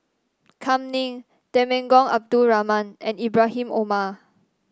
Kam Ning Temenggong Abdul Rahman and Ibrahim Omar